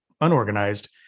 unorganized